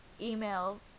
email